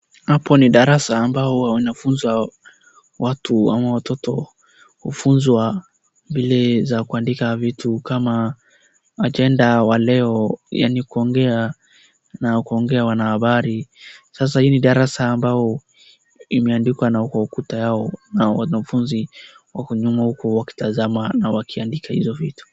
Hapo ni darasa ambao wanafunza watu au watoto hufunzwa vile za kuandika vitu kama ajenda ya leo yaani kuongea na kuongea wanahabari, sasa hii ni darasa ambayo imeandikwa kwa ukuta yao, na wanafunzi huko nyuma wakitazama na kuandika hizo vitu.